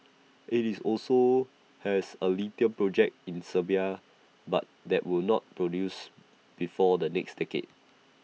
IT is also has A lithium project in Serbia but that will not produce before the next decade